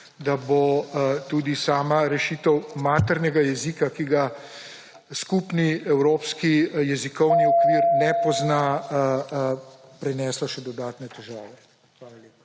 da bo tudi sama rešitev maternega jezika, ki ga skupni evropski jezikovni okvir ne pozna, prinesla še dodatne težave.